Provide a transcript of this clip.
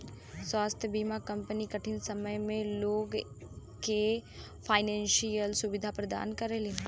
स्वास्थ्य बीमा कंपनी कठिन समय में लोग के फाइनेंशियल सुविधा प्रदान करलीन